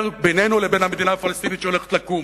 בינינו לבין המדינה הפלסטינית שהולכת לקום.